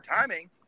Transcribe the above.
timing